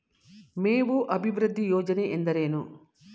ಮೇವು ಅಭಿವೃದ್ಧಿ ಯೋಜನೆ ಎಂದರೇನು?